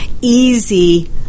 easy